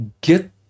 get